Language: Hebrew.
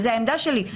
זו העמדה שלי,